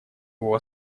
его